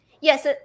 yes